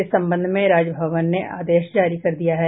इस संबंध में राजभवन ने आदेश जारी कर दिया है